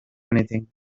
anything